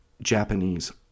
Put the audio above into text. Japanese